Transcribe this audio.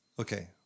Okay